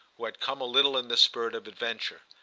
who had come a little in the spirit of adventure.